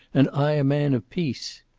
and i a man of peace!